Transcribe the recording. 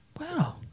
Wow